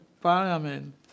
Parliament